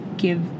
give